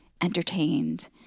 entertained